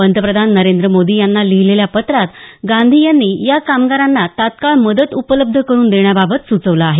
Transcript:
पंतप्रधान नरेंद्र मोदी यांना लिहिलेल्या पत्रात गांधी यांनी या कामगारांना तत्काळ मदत उपलब्ध करून देण्याबाबत सुचवलं आहे